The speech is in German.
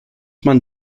man